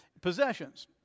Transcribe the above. possessions